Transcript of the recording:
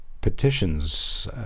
petitions